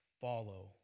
follow